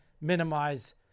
minimize